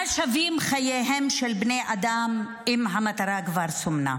מה שווים חייהם של בני אדם אם המטרה כבר סומנה?